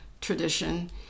tradition